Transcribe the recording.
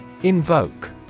Invoke